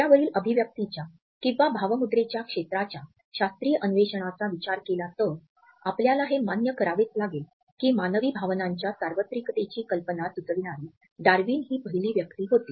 चेहऱ्यावरील अभिव्यक्तिच्या किंवा भावमुद्रेच्या क्षेत्राच्या शास्त्रीय अन्वेषणाचा विचार केला तर आपल्याला हे मान्य करावेच लागेल की मानवी भावनांच्या सार्वत्रीकतेची कल्पना सुचविणारी डार्विन ही पहिली व्यक्ती होती